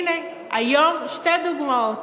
הנה, היום שתי דוגמאות: